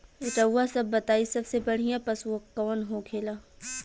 रउआ सभ बताई सबसे बढ़ियां पशु कवन होखेला?